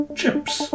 chips